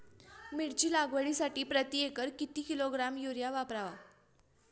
मिरची लागवडीसाठी प्रति एकर किती किलोग्रॅम युरिया वापरावा?